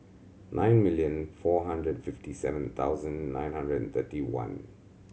nine million four hundred fifty seven thousand nine hundred and thirty one